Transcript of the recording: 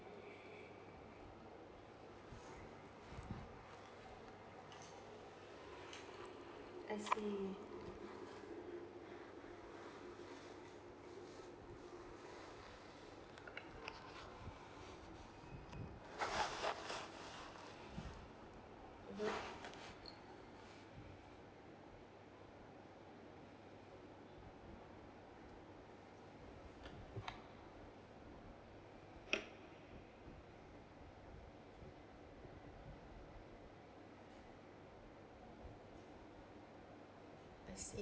I see mm